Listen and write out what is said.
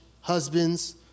husbands